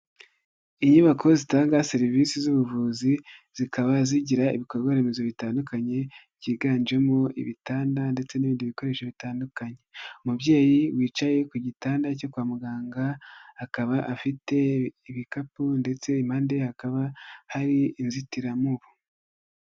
Inyubako zitanga serivisi z'ubuvuzi zikaba zigira ibikorwaremezo bitandukanye byiganjemo ibitanda ndetse n'ibindi bikoresho bitandukanye, umubyeyi wicaye ku gitanda cyo kwa muganga akaba afite ibikapu ndetse impande hakaba hari inzitiramubu.